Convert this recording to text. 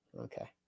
okay